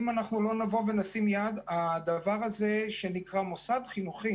אם לא נשים יד הדבר הזה שנקרא מוסד חינוכי